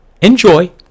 enjoy